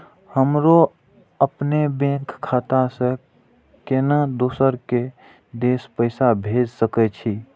हमरो अपने बैंक खाता से केना दुसरा देश पैसा भेज सके छी?